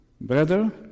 Brother